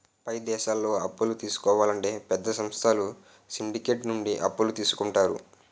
పై దేశాల్లో అప్పులు తీసుకోవాలంటే పెద్ద సంస్థలు సిండికేట్ నుండి అప్పులు తీసుకుంటారు